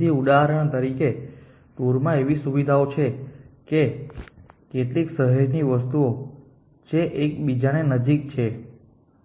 તેથી ઉદાહરણ તરીકે ટૂર માં એવી સુવિધાઓ છે કે કેટલીક શહેરોની વસ્તુ જે એકબીજાને નજીક છે